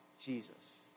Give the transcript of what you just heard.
Jesus